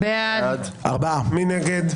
מי נגד?